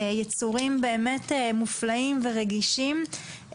יצורים באמת מופלאים ורגישים.